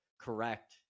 correct